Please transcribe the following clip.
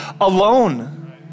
alone